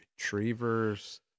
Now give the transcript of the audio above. Retrievers